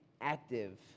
active